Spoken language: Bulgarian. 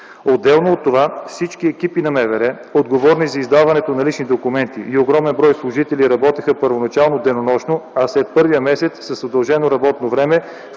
Отделно от това всички екипи на МВР отговорни за издаването на лични документи и огромен брой служители работеха първоначално денонощно, а след първия месец с удължено работно време